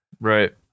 Right